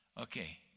Okay